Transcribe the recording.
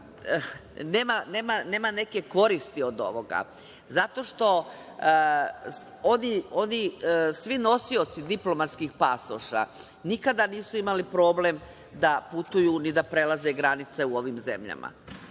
nema neke koristi od ovoga, zato što svi nosioci diplomatskih pasoša nikada nisu imali problem da putuju, ni da prelaze granice u ovim zemljama.